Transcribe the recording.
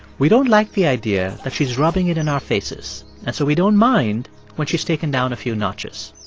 we don't like the idea that she's rubbing it in our faces, and so we don't mind when she's taken down a few notches.